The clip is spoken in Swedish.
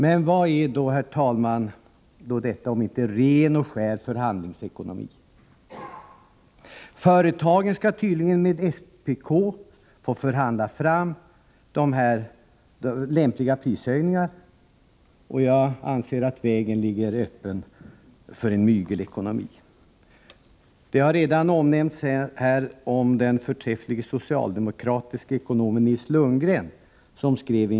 Men, herr talman, vad är då detta om inte ren och skär förhandlingsekonomi! Företagen skall tydligen med SPK få förhandla fram lämpliga prishöjningar. Jag anser att vägen därmed ligger öppen för en mygelekonomi. Den förträfflige socialdemokratiske ekonomen Nils Lundgren har redan omnämnts här.